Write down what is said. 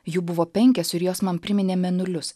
jų buvo penkios ir jos man priminė mėnulius